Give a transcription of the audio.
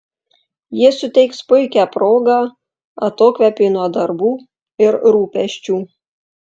ji suteiks puikią progą atokvėpiui nuo darbų ir rūpesčių